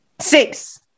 Six